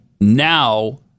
Now